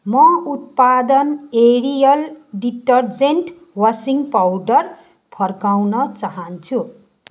म उत्पादन Ariel detergent washing powder फर्काउन चाहन्छु